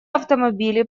автомобили